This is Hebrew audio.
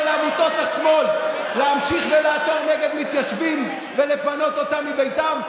לעמותות השמאל להמשיך ולעתור נגד מתיישבים ולפנות אותם מביתם.